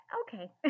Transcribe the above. Okay